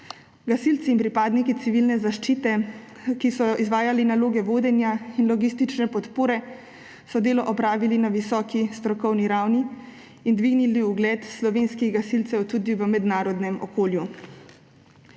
Gasilci in pripadniki civilne zaščite, ki so izvajali naloge vodenja in logistične podpore, so delo opravili na visoki strokovni ravni in dvignili ugled slovenskih gasilcev tudi v mednarodnem okolju.